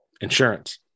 insurance